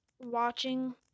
watching